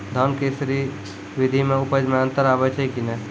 धान के स्री विधि मे उपज मे अन्तर आबै छै कि नैय?